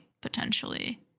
potentially